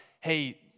Hey